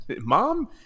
mom